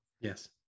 yes